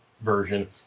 version